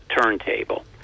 turntable